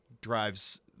drives